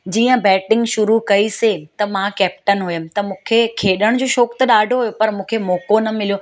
जीअं बैटिंग शुरू कईसीं त मां कैप्टन हुयमि त मूंखे खेॾण जो शौक़ु त ॾाढो हुओ पर मूंखे मौको न मिलियो